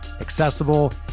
accessible